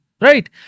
Right